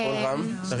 אני